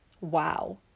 wow